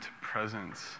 presence